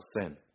sin